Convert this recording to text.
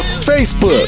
Facebook